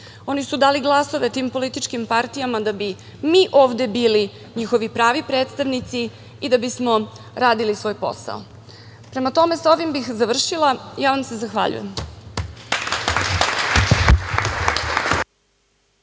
Oni su dali glasove tim političkim partijama da bi mi ovde bili njihovi pravi predstavnici i da bismo radili svoj posao. Prema tome, sa ovim bih završila. Ja vam se zahvaljujem.